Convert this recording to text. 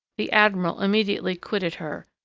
the admiral immediately quitted her,